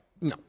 No